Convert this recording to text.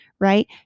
right